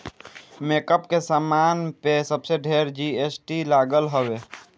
makeup के सामान पे सबसे ढेर जी.एस.टी लागल हवे